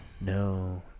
No